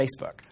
Facebook